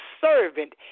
servant